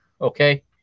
okay